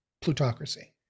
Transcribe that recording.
plutocracy